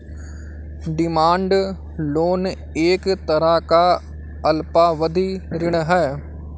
demand loan एक तरह का अल्पावधि ऋण है